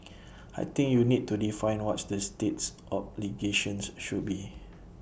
I think you need to define what's the state's obligations should be